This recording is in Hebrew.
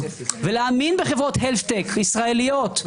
ולהאמין בחברות ההלט-טק הישראליות,